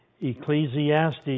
Ecclesiastes